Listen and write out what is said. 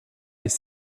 les